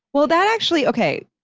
well, that actually, okay,